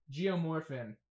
Geomorphin